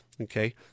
Okay